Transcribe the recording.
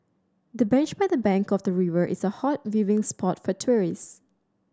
the bench by the bank of the river is a hot viewing spot for tourists